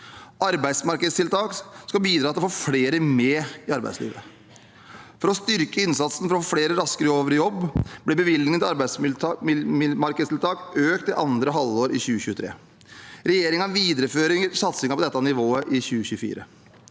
Arbeidsmarkedstiltak skal bidra til å få flere med i arbeidslivet. For å styrke innsatsen for å få flere raskere over i jobb ble bevilgningen til arbeidsmarkedstiltak økt i andre halvår i 2023. Regjeringen viderefører satsingen på dette nivået i 2024.